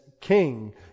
King